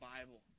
Bible